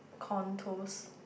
contours